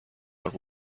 but